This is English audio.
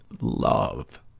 love